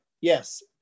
yes